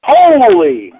Holy